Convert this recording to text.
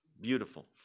Beautiful